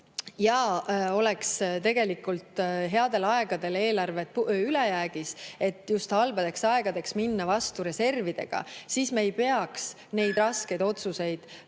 ja oleks tegelikult headel aegadel eelarved ülejäägis, et halbadele aegadele minna vastu reservidega, siis me ei peaks neid raskeid otsuseid